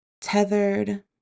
Tethered